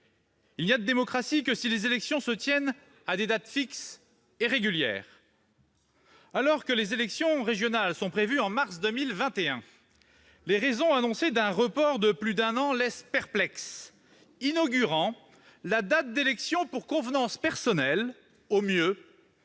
Il n'y a de démocratie que si les élections se tiennent à des dates fixes et régulières. Alors que les élections régionales sont prévues au mois de mars 2021, les raisons annoncées d'un report de plus d'un an laissent perplexe, inaugurant la fixation de la date d'élections pour convenance personnelle, au mieux,